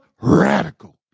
Radical